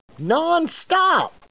nonstop